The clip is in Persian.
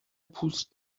پوست